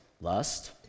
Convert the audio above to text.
lust